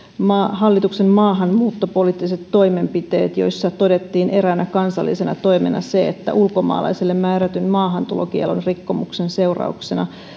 hallituksen maahanmuuttopoliittiset toimenpiteet joissa todettiin eräänä kansallisena toimena se että ulkomaalaiselle määrätyn maahantulokiellon rikkomuksen seurauksena